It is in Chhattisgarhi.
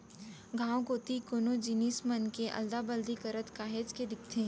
गाँव कोती कोनो जिनिस मन के अदला बदली करत काहेच के दिखथे